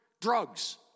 drugs